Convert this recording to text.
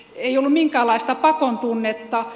ei ollut minkäänlaista pakon tunnetta